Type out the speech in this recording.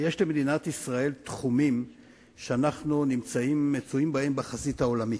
יש למדינת ישראל תחומים שבהם אנחנו בחזית העולמית,